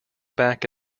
back